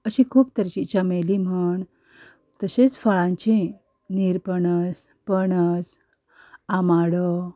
अशीं खूब तरेचीं चमेली म्हण तशेंच फळांचीं नीरपणस पणस आंबाडो